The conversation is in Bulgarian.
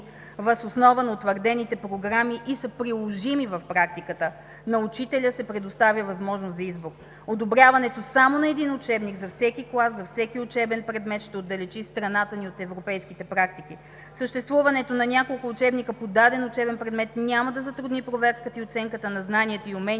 въз основа на утвърдените програми и са приложими в практиката. На учителя се предоставя възможност за избор. Одобряването само на един учебник за всеки клас, за всеки учебен предмет ще отдалечи страната ни от европейските практики. Съществуването на няколко учебника по даден учебен предмет няма да затрудни проверката и оценката на знанията и уменията